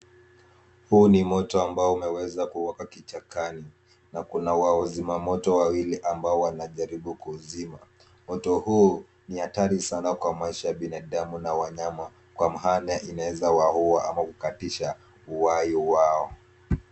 Huu ni moto ambao umeweza kuwaka kichakani. Na kuna wazima moto wawili ambao wanajaribu kuuzima. Moto huu ni hatari sana kwa maisha ya binadamu na wanyama kwa mahana inaweza wahua ama kukatisha uhai wao.